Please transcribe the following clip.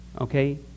Okay